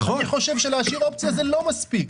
אני חושב שלהשאיר אופציה זה לא מספיק.